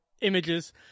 images